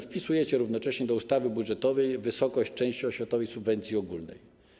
Wpisujecie równocześnie do ustawy budżetowej wysokość części oświatowej subwencji ogólnej.